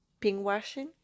pinkwashing